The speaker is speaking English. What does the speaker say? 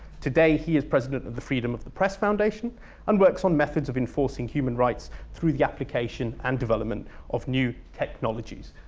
today, he is president of the freedom of the press foundation and works on methods of enforcing human rights through the application and development of new technologies.